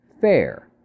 fair